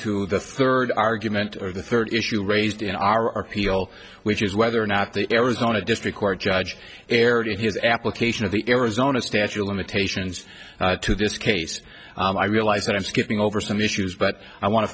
to the third argument or the third issue raised in our heel which is whether or not the arizona district court judge erred in his application of the arizona statute of limitations to this case i realize that i'm skipping over some issues but i wan